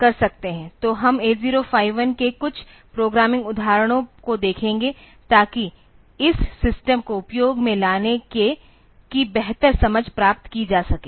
तो हम 8051 के कुछ प्रोग्रामिंग उदाहरणों को देखेंगे ताकि इस सिस्टम को उपयोग में लाने की बेहतर समझ प्राप्त की जा सके